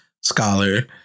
scholar